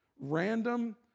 Random